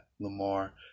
lamar